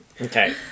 Okay